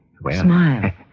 Smile